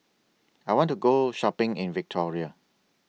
I want to Go Shopping in Victoria